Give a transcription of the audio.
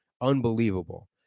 Unbelievable